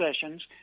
sessions